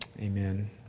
amen